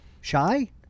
Shy